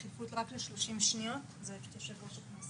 עד י"ב גם מבחינת ה-70%